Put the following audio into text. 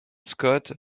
scott